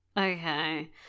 Okay